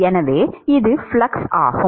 எனவே இது ஃப்ளக்ஸ் ஆகும்